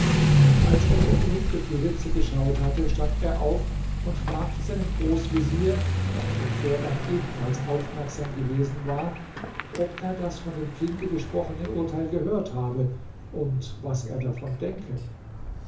als er nun genug durch die ritze geschaut hatte stand er auf und fragte seinen großvezier der auf den vorgang ebenfalls aufmerksam gewesen war ob er das von dem kinde gesprochene urteil gehört habe und was er davon denke